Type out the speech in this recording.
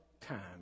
time